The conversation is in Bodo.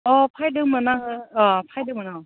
अ फैदोंमोन आङो अ फैदोंमोन अ